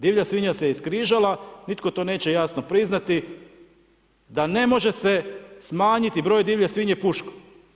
Divlja svinja se iskrižala, nitko to neće jasno priznati da ne može se smanjiti broj divlje svinje puškom.